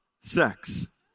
sex